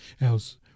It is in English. Else